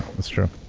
that's true.